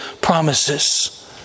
promises